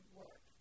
work